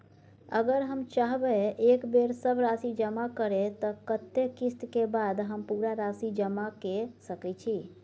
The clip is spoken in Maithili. अगर हम चाहबे एक बेर सब राशि जमा करे त कत्ते किस्त के बाद हम पूरा राशि जमा के सके छि?